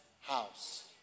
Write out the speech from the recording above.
house